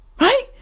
Right